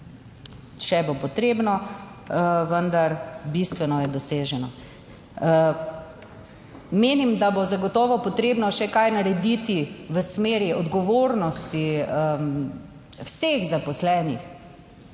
16.20 (Nadaljevanje) bistveno je doseženo. Menim, da bo zagotovo potrebno še kaj narediti v smeri odgovornosti vseh zaposlenih